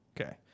Okay